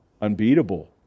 unbeatable